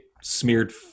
smeared